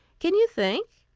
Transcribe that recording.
can you think?